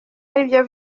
aribyo